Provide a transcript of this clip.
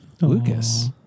Lucas